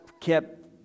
kept